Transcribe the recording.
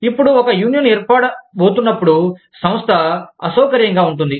ఇప్పుడు ఒక యూనియన్ ఏర్పడబోతున్నప్పుడు సంస్థ అసౌకర్యంగా ఉంటుంది